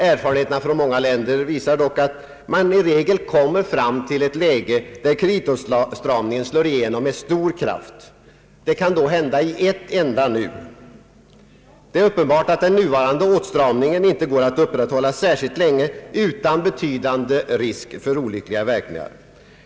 Erfarenheterna från många länder visar dock att man i regel kommer fram till ett läge då kreditåtstramningen slår igenom med stor kraft. Det kan då hända i ett enda nu. Det är uppenbart att den nuvarande åtstramningen inte går att upprätthålla särskilt länge utan betydande risk för olyckliga verkningar.